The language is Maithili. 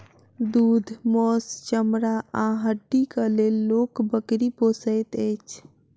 दूध, मौस, चमड़ा आ हड्डीक लेल लोक बकरी पोसैत अछि